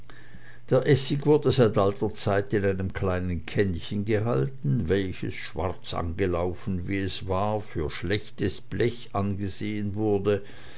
essig wurde seit alter zeit in einem kleinen kännchen gehalten welches schwarz angelaufen wie es war für schlechtes blech angesehen wurde